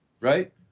Right